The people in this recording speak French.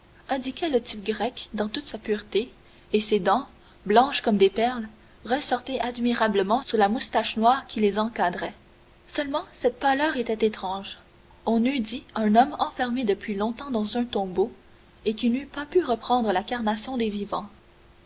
indiquait le type grec dans toute sa pureté et ses dents blanches comme des perles ressortaient admirablement sous la moustache noire qui les encadrait seulement cette pâleur était étrange on eût dit un homme enfermé depuis longtemps dans un tombeau et qui n'eût pas pu reprendre la carnation des vivants